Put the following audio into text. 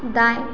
दाएँ